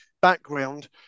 background